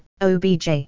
OBJ